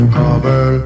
cover